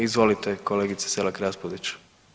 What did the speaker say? Izvolite kolegice Selak Raspudić.